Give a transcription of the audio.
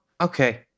Okay